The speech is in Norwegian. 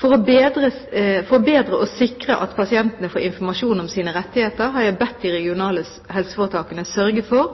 For bedre å sikre at pasientene får informasjon om sine rettigheter, har jeg bedt de regionale helseforetakene sørge for